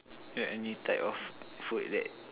you know any type of food that